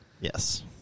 Yes